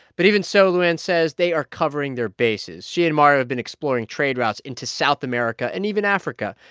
but even so, lou anne says they are covering their bases. she and mario have been exploring trade routes into south america and even africa.